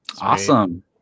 awesome